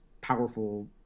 powerful